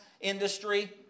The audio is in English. industry